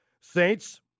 Saints